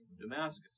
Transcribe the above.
Damascus